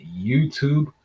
YouTube